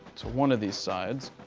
to one of these sides,